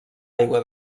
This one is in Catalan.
aigua